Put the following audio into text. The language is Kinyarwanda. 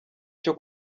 cyo